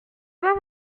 voir